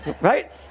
right